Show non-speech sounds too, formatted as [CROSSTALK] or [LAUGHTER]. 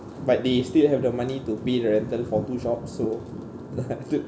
but they still have the money to pay the rental for two shops so [LAUGHS]